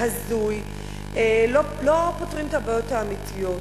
והזוי, לא פותרים את הבעיות האמיתיות.